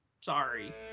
Sorry